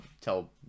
tell